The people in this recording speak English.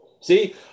See